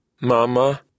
Mama